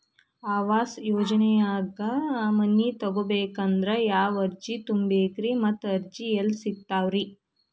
ಆವಾಸ ಯೋಜನೆದಾಗ ಮನಿ ತೊಗೋಬೇಕಂದ್ರ ಯಾವ ಅರ್ಜಿ ತುಂಬೇಕ್ರಿ ಮತ್ತ ಅರ್ಜಿ ಎಲ್ಲಿ ಸಿಗತಾವ್ರಿ?